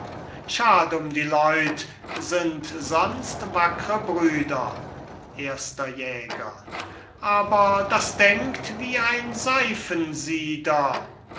schad um die leut sind sonst wackre brüder erster jäger aber das denkt wie ein seifensieder